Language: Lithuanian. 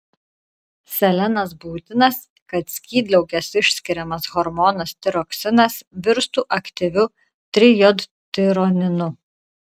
selenas būtinas kad skydliaukės išskiriamas hormonas tiroksinas virstų aktyviu trijodtironinu